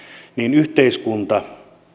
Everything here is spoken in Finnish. yhteiskunta